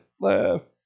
left